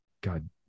God